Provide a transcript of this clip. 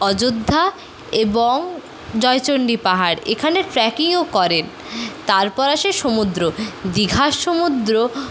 অযোধ্যা এবং জয়চন্ডী পাহাড় এখানে ট্র্যাকিংও করে তারপর আসে সমুদ্র দীঘার সমুদ্র